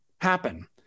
happen